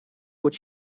what